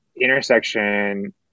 intersection